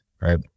right